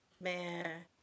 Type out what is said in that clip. man